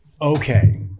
okay